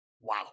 Wow